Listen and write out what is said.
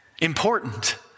important